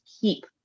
keep